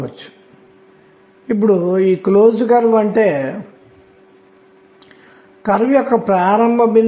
కాబట్టి అయస్కాంత క్షేత్రం B లో కణం యొక్క శక్తి